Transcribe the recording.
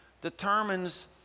determines